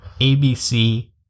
ABC